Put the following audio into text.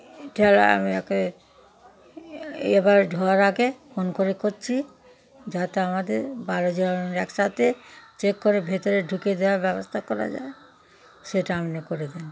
আমি একে এবারে ঢোকার আগে ফোন করে করছি যাতে আমাদের বারো জনের একসাথে চেক করে ভেতরে ঢুকে দেওয়ার ব্যবস্থা করা যায় সেটা আপনি করে দিন